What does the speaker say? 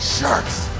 Sharks